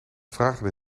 vragende